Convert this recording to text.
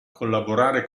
collaborare